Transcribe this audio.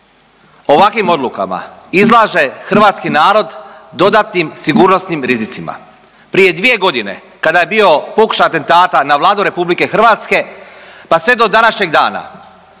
ovakvim odlukama izlaže hrvatski narod dodatnim sigurnosnim rizicima, prije 2.g. kada je bio pokušaj atentata na Vladu RH, pa sve do današnjeg dana